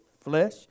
flesh